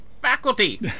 faculty